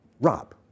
Rob